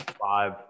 Five